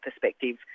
perspective